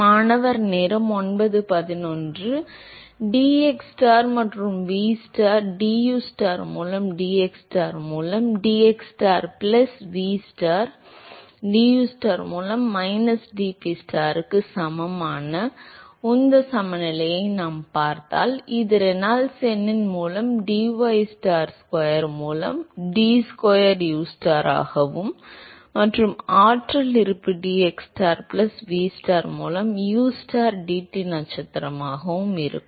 மாணவர் எனவே dxstar மற்றும் vstar dustar மூலம் dxstar மூலம் dxstar ப்ளஸ் vstar dustar மூலம் மைனஸ் dPstar க்கு சமமான உந்தம் சமநிலையை நாம் பார்த்தால் இது Reynolds எண்ணின் மூலம் d ystar ஸ்கொயர் மூலம் d ஸ்கொயர் ustar ஆகவும் மற்றும் ஆற்றல் இருப்பு dxstar plus vstar மூலம் ustar dT நட்சத்திரமாகவும் இருக்கும்